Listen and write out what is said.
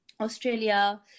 Australia